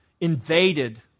invaded